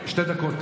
שתי דקות,